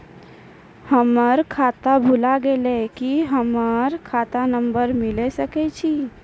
हमर खाता भुला गेलै, की हमर खाता नंबर मिले सकय छै?